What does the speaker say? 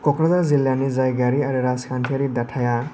क'क्राझार जिल्लानि जायगायारि आरो राजखान्थिआरि दाथाया